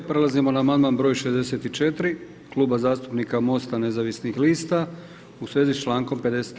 Prelazimo na amandman broj 64 Kluba zastupnika Mosta nezavisnih lista u svezi s člankom 53.